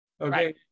okay